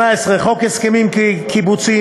18. חוק הסכמים קיבוציים,